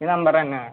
ഈ നമ്പർ തന്നെയാണ്